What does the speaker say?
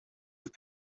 have